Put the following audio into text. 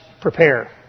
prepare